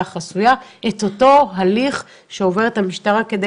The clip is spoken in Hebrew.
החסויה את אותו הליך שעוברת המשטרה כדי